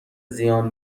زیان